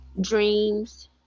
dreams